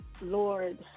Lord